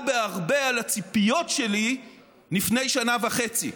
בהרבה על הציפיות שלי לפני שנה וחצי,